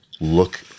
look